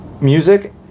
music